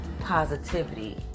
positivity